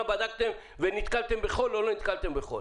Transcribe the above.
בדקתם ונתקלתם בחול או לא נתקלתם בחול.